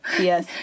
Yes